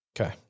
Okay